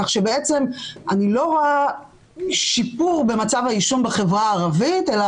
כך שבעצם אני לא רואה שיפור במצב העישון בחברה הערבית אלא